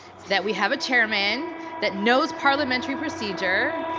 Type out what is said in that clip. that we have a chairman that knows parliamentary procedure.